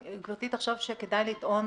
אם גברתי תחשוב שכדאי לטעון